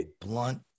blunt